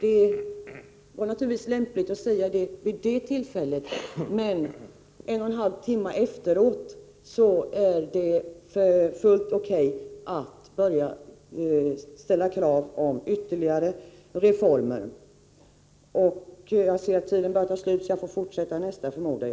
Det var naturligtvis lämpligt att säga det vid det tillfället, men en och en halv timme senare är det fullt acceptabelt att ställa krav på ytterligare reformer. Margö Ingvardsson kritiserade bilstödskommitténs betänkande.